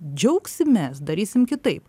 džiaugsimės darysim kitaip